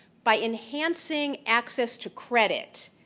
by enhancing access to credit,